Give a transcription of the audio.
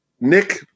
Nick